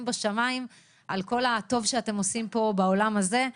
בשמיים על כל הטוב שאתם עושים פה בעולם הזה,